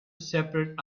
separate